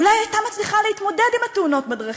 אולי הייתה מצליחה להתמודד עם התאונות בדרכים.